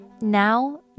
Now